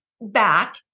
back